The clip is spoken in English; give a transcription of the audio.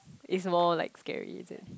is more like scary is it